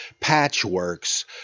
patchworks